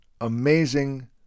amazing